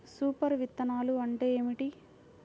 Super విత్తనాలు అంటే ఏమిటి?